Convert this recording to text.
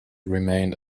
remained